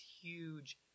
huge